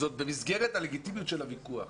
זה עוד במסגרת הלגיטימיות של הוויכוח.